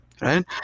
Right